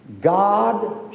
God